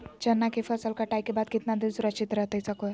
चना की फसल कटाई के बाद कितना दिन सुरक्षित रहतई सको हय?